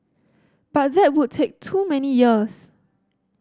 but that would take too many years